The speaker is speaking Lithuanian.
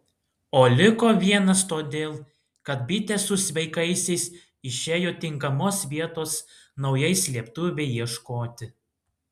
o liko vienas todėl kad bitė su sveikaisiais išėjo tinkamos vietos naujai slėptuvei ieškoti